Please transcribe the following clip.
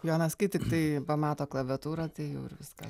jonas kai tiktai pamato klaviatūrą tai jau ir viską